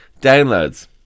Downloads